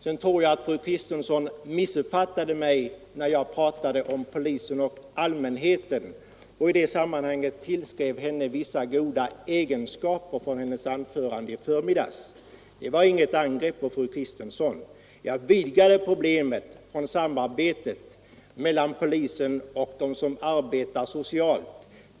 Sedan tror jag att fru Kristensson missuppfattade mig när jag talade om polisen och allmänheten och i det sammanhanget tillskrev henne vissa goda egenskaper till följd av hennes anförande i förmiddags. Det var alltså inget angrepp mot fru Kristensson. Jag vidgade problemet om samarbetet mellan polisen och dem som arbetar socialt